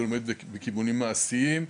הוא לומד בכיוונים מעשיים,